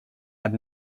had